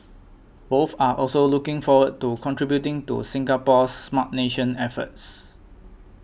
both are also looking forward to contributing to Singapore's Smart Nation efforts